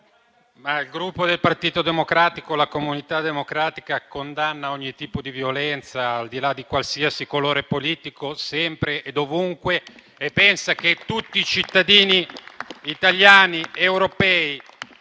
il Gruppo Partito Democratico e la comunità democratica condannano ogni tipo di violenza, al di là di qualsiasi colore politico, sempre e dovunque, e pensano che tutti i cittadini italiani ed europei